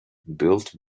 built